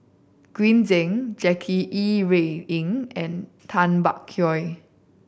Green Zeng Jackie Yi Ru Ying and Tay Bak Koi